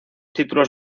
títulos